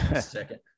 Second